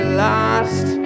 lost